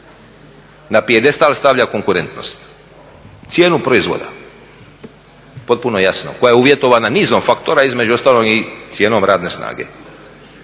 na pijedestal stavlja konkurentnost. Cijenu proizvoda, potpuno je jasno, koja je uvjetovana nizom faktora između ostalog i cijenom radne snage.